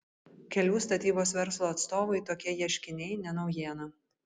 kelių statybos verslo atstovui tokie ieškiniai ne naujiena